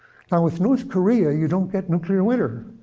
now, with north korea, you don't get nuclear winter.